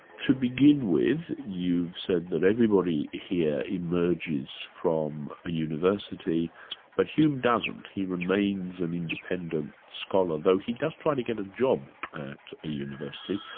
to begin with, you've said that everybody here emerges from a university but hume doesn't. he remains an independent scholar, though he does try to get a job at a university.